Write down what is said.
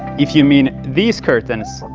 if you mean these curtains,